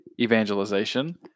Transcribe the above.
evangelization